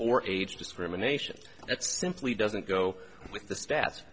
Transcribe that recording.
or age discrimination that simply doesn't go with the sta